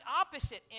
opposite